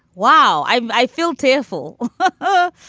wow, i feel tearful. oh,